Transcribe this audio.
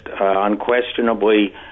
unquestionably